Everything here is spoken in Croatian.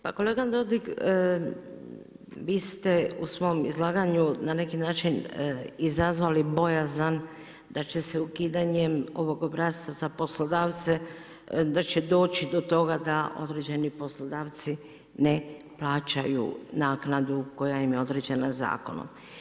Pa kolega Dodig, vi ste u svom izlaganju na neki način izazvali bojazan da će se ukidanjem ovog obrasca za poslodavce da će doći do toga da određeni poslodavci ne plaćaju naknadu koja im je određena zakonom.